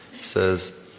says